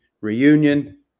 reunion